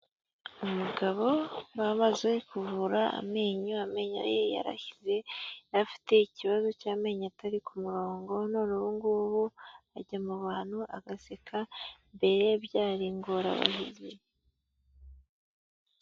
Umugabo bamaze kuvura amenyo, amenyo ye yarashyize, yari afite ikibazo cy'amenyo atari ku murongo none ubu ngubu ajya mu bantu agaseka mbere byari ingorabahizi.